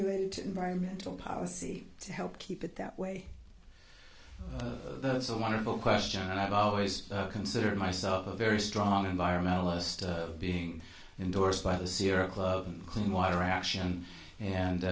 related to environmental policy to help keep it that way that's a wonderful question and i've always considered myself a very strong environmentalist being indorsed by the sierra club and clean water action